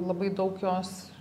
labai daug jos